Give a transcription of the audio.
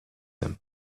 him